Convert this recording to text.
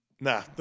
nah